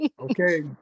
Okay